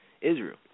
Israel